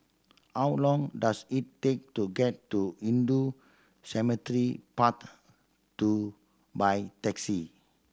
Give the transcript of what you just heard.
how long does it take to get to Hindu Cemetery Path Two by taxi